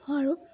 অ আৰু